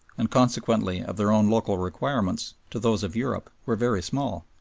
and consequently of their own local requirements, to those of europe were very small.